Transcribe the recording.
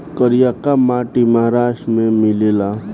करियाका माटी महाराष्ट्र में मिलेला